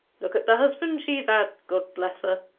look at the husbands she've had god bless her